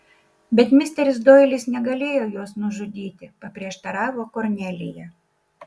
bet misteris doilis negalėjo jos nužudyti paprieštaravo kornelija